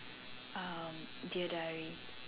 um dear diary